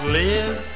live